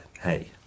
hey